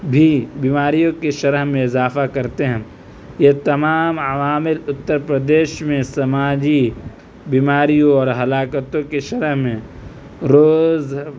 بھی بیماریوں کے شرح میں اضافہ کرتے ہیں یہ تمام عوامل اُتّرپردیش میں سماجی بیماریوں اور ہلاکتوں کے شرح میں روز